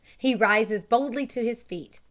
he rises boldly to his feet,